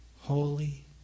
holy